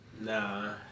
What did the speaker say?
Nah